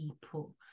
people